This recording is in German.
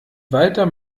weiter